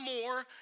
more